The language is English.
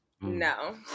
No